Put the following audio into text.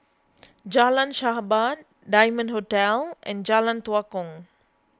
Jalan Sahabat Diamond Hotel and Jalan Tua Kong